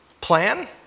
Plan